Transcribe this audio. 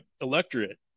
electorate